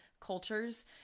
cultures